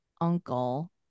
uncle